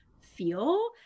feel